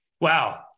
Wow